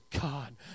God